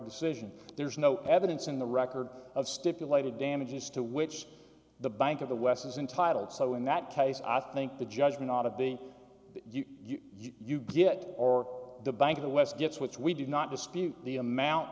decision there's no evidence in the record of stipulated damages to which the bank of the west is intitled so in that case i think the judgment ought to be you get or the bank of the west gets which we do not dispute the amount